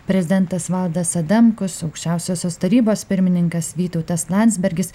prezidentas valdas adamkus aukščiausiosios tarybos pirmininkas vytautas landsbergis